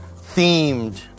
themed